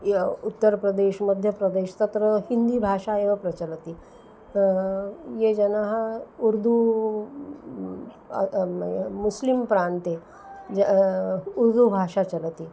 य उत्तरप्रदेश् मध्यप्रदेश् तत्र हिन्दीभाषा एव प्रचलति ये जनाः उर्दू मुस्लिं प्रान्ते उर्दुभाषा चलति